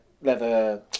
leather